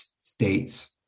states